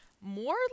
more